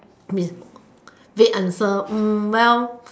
yes vague answer well